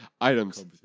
Items